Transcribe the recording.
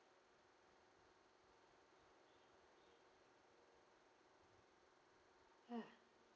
ah